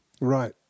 Right